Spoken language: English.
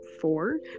four